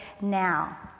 now